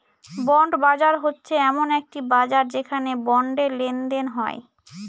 bond বাজার হচ্ছে এমন একটি বাজার যেখানে বন্ডে লেনদেন হয়